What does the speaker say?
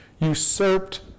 usurped